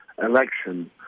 election